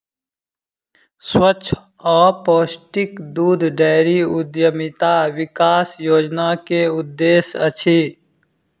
स्वच्छ आ पौष्टिक दूध डेयरी उद्यमिता विकास योजना के उद्देश्य अछि